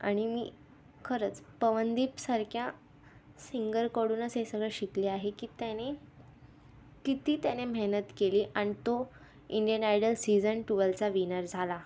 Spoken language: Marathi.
आणि मी खरंच पवनदीपसारख्या सिंगरकडूनच हे सगळं शिकले आहे की त्याने कित्ती त्याने मेहनत केली आणि तो इंडियन आयडल सीजन टवेलचा विनर झाला